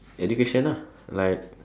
education lah like